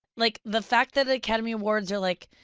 like the fact that the academy awards are like,